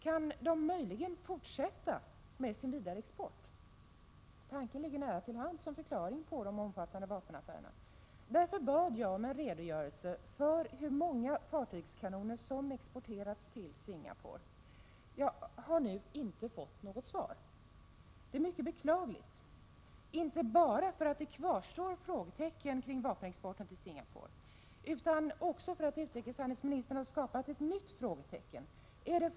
Kan landet möjligen fortsätta med sin vidareexport? Tanken ligger nära till hands som förklaring till de omfattande vapenaffärerna. Därför bad jag om en redogörelse för hur många fartygskanoner som exporterats till Singapore. Jag har inte fått något svar. Det är mycket beklagligt, inte bara därför att det kvarstår frågetecken kring vapenexporten till Singapore utan också därför att utrikeshandelsministern skapat nya frågetecken.